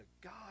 God